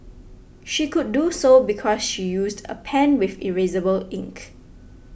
she could do so because she used a pen with erasable ink